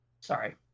Sorry